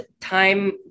time